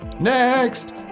next